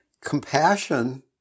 Compassion